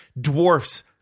dwarfs